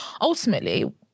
ultimately